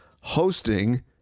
hosting